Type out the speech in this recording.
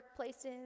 workplaces